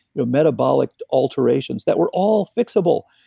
you know metabolic alterations that were all fixable,